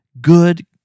Good